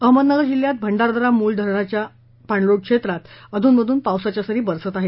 अहमदनगर जिल्ह्यात भंडारदरा मुळा धरणाच्या पाणलोट क्षेत्रात अधूनमधून पावसाच्या सरी बरसत आहेत